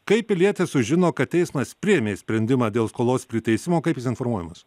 kaip pilietis sužino kad teismas priėmė sprendimą dėl skolos priteisimo kaip jis informuojamas